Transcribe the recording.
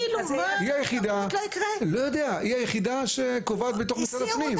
היא היחידה שקובעת בתוך משרד הפנים.